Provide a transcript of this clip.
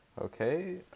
Okay